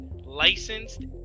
licensed